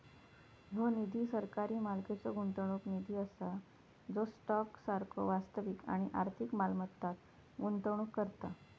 ह्यो निधी सरकारी मालकीचो गुंतवणूक निधी असा जो स्टॉक सारखो वास्तविक आणि आर्थिक मालमत्तांत गुंतवणूक करता